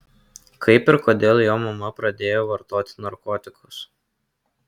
kaip ir kodėl jo mama pradėjo vartoti narkotikus